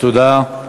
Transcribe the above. תודה.